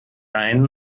einen